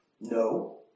No